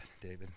David